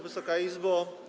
Wysoka Izbo!